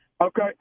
Okay